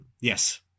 Yes